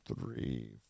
Three